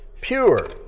pure